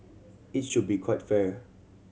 it should be quite fair